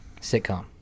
sitcom